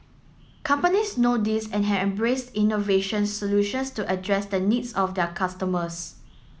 companies know this and have embraced innovation solutions to address the needs of their customers